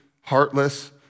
heartless